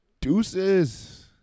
Deuces